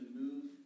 move